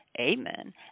Amen